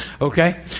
Okay